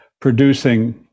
producing